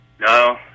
No